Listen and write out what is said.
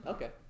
Okay